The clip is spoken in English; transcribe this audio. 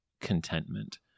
contentment